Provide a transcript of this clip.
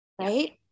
right